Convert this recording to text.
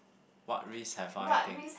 what risk have I take